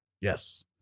Yes